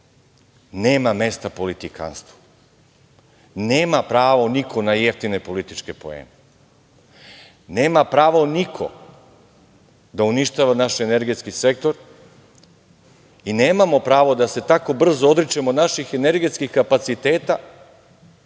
nema mesta politikanstvu, nema pravo niko na jeftine političke poene, nema pravo niko da uništava naš energetski sektor i nemamo pravo da se tako brzo odričemo naših energetskih kapaciteta,